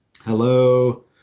hello